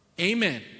Amen